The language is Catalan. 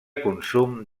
consum